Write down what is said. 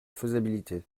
faisabilité